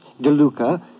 DeLuca